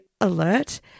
alert